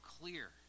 clear